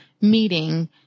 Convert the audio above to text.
meeting